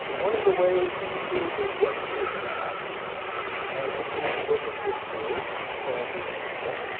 one of the ways to prove or disprove that would be to look in history, as far as we can tell,